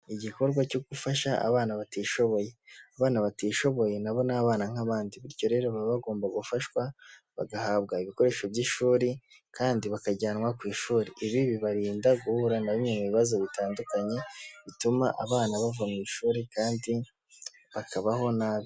Igikorwa cyo gufasha abana batishoboye. Abana batishoboye na bo ni abana nk'abandi. Bityo rero baba bagomba gufashwa, bagahabwa ibikoresho by'ishuri kandi bakajyanwa ku ishuri. Ibi bibarinda guhura na bimwe mu bibazo bitandukanye bituma abana bava mu ishuri kandi bakabaho nabi.